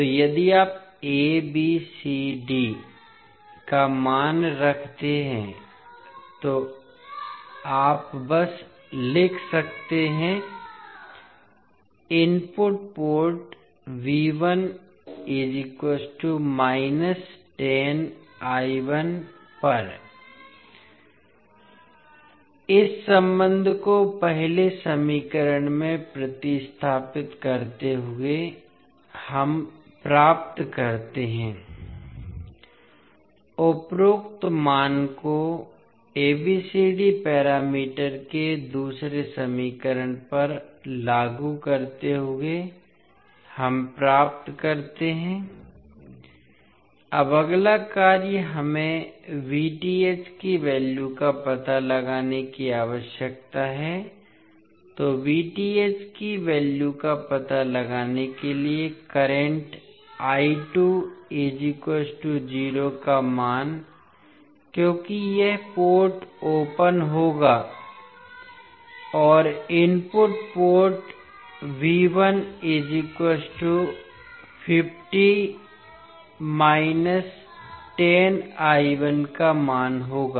तो यदि आप A B C और D का मान रखते हैं तो आप बस लिख सकते हैं इनपुट पोर्ट पर इस संबंध को पहले समीकरण में प्रतिस्थापित करते हुए हम प्राप्त करते हैं उपरोक्त मान को ABCD पैरामीटर के दूसरे समीकरण पर लागू करते हुए हम प्राप्त करते हैं अब अगला कार्य हमें की वैल्यू का पता लगाने की आवश्यकता है तो की वैल्यू का पता लगाने के लिए करंट का मान क्योंकि यह पोर्ट ओपन होगा और इनपुट पोर्ट का मान होगा